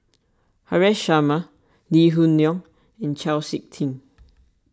Haresh Sharma Lee Hoon Leong and Chau Sik Ting